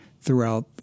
throughout